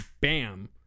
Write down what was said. bam